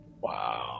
Wow